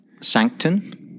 Sancton